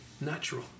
natural